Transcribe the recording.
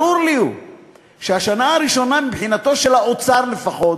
ברור לי שהשנה הראשונה מבחינתו של האוצר לפחות